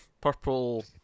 Purple